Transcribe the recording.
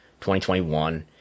2021